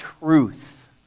truth